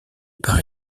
part